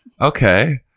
Okay